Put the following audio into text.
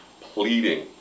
pleading